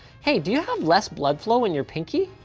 hey, do you have less blood flow in your pinky?